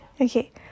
Okay